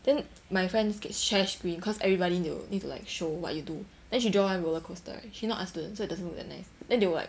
then my friends gets share screen cause everybody need to need to like show what you do then she draw one roller coaster right she not art student right so it doesn't look that nice then they will like